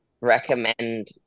recommend